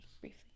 briefly